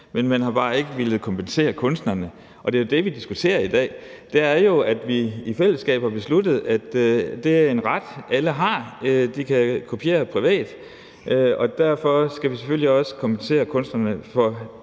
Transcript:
har man bare ikke villet kompensere kunstnerne, og det er jo det, vi diskuterer i dag. I fællesskab har vi besluttet, at det er en ret, alle har, at de kan kopiere privat, og derfor skal vi selvfølgelig også kompensere kunstnerne for